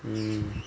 mm